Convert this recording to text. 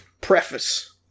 preface